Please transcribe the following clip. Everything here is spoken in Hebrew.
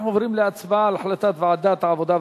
אנחנו עוברים להצבעה על החלטת ועדת העבודה,